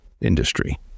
industry